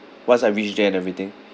once I reach there and everything